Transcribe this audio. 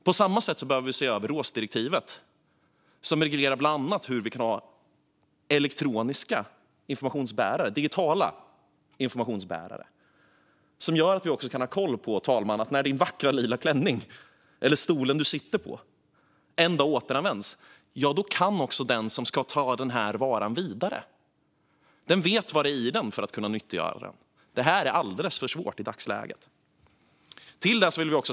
På samma sätt behöver vi se över ROHS-direktivet, som reglerar bland annat hur vi kan ha digitala informationsbärare som, fru talman, gör att vi kan ha koll på att när fru talmannens vackra lila klänning eller stolen som fru talmannen sitter på en dag återanvänds vet den som ska ta varan vidare vad det är i den och kan nyttogöra den. Detta är alldeles för svårt i dagsläget.